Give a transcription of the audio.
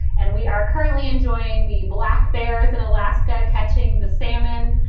and we are currently enjoying the black bears in alaska, catching the salmon.